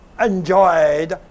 enjoyed